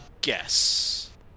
guess